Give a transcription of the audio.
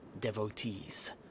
devotees